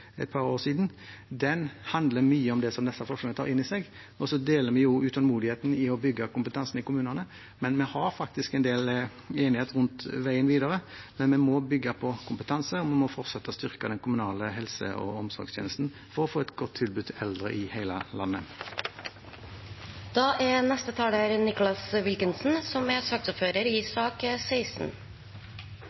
et par år siden. Den handler om mye av det som disse forslagene tar opp i seg. Vi deler utålmodigheten etter å bygge kompetansen i kommunene, og vi har faktisk en del enighet rundt veien videre, men vi må bygge på kompetanse, og vi må fortsette å styrke den kommunale helse- og omsorgstjenesten for å få et godt tilbud til eldre i hele landet. Jeg er